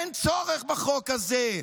אין צורך בחוק הזה.